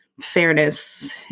fairness